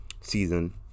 season